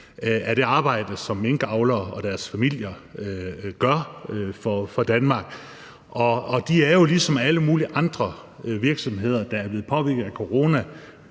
af det arbejde, som minkavlere og deres familier gør for Danmark. Og de er jo ligesom alle mulige andre virksomheder, der er blevet påvirket af